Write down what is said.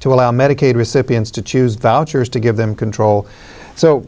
to allow medicaid recipients to choose vouchers to give them control so